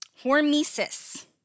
Hormesis